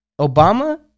Obama